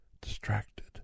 distracted